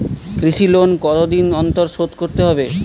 কৃষি লোন কতদিন অন্তর শোধ করতে হবে?